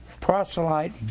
proselyte